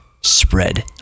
spread